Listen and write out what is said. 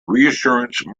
reassurance